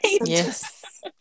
yes